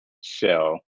shell